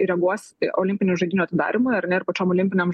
reaguos į olimpinių žaidynių atidarymą ar ne ir pačiom olimpinėm